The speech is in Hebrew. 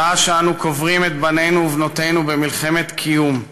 שעה שאנו קוברים את בנינו ובנותינו במלחמת קיום,